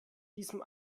diesem